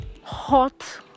hot